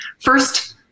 First